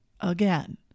again